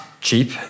cheap